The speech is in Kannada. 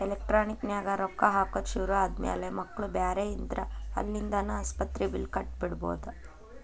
ಎಲೆಕ್ಟ್ರಾನಿಕ್ ನ್ಯಾಗ ರೊಕ್ಕಾ ಹಾಕೊದ್ ಶುರು ಆದ್ಮ್ಯಾಲೆ ಮಕ್ಳು ಬ್ಯಾರೆ ಇದ್ರ ಅಲ್ಲಿಂದಾನ ಆಸ್ಪತ್ರಿ ಬಿಲ್ಲ್ ಕಟ ಬಿಡ್ಬೊದ್